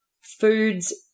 foods